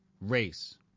race